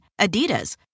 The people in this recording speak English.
Adidas